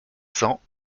cents